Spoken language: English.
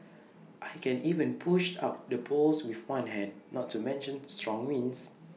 I can even push out the poles with one hand not to mention strong winds